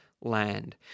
land